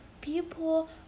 people